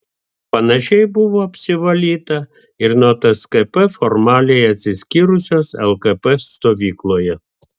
panašiai buvo apsivalyta ir nuo tskp formaliai atsiskyrusios lkp stovykloje